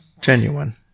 genuine